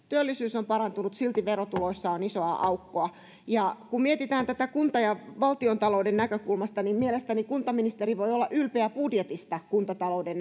työllisyys on parantunut silti verotuloissa on isoa aukkoa kun mietitään tätä kunta ja valtiontalouden näkökulmasta niin mielestäni kuntaministeri voi olla ylpeä budjetista kuntatalouden